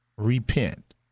Repent